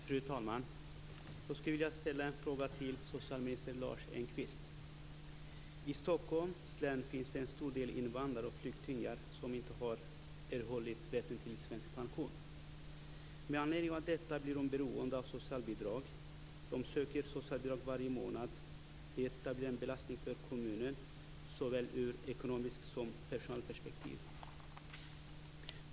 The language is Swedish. Fru talman! Jag skulle vilja ställa en fråga till socialminister Lars Engqvist. I Stockholms län finns det en stor andel invandrare och flyktingar som inte har erhållit rätt till svensk pension. Med anledning av detta blir de beroende av socialbidrag. De söker socialbidrag varje månad. Detta blir en belastning för kommunen såväl i ett ekonomiskt perspektiv som i ett personalperspektiv.